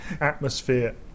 atmosphere